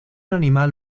animal